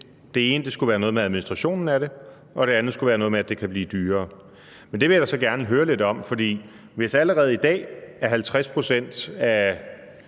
Det ene skulle være noget med administrationen af det, og det andet skulle være noget med, at det kan blive dyrere. Men det vil jeg da så gerne høre lidt om. For hvis det allerede i dag er i 50 pct. af